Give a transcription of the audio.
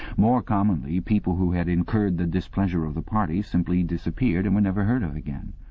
more commonly, people who had incurred the displeasure of the party simply disappeared and were never heard of again.